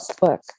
book